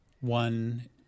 One